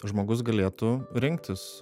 žmogus galėtų rinktis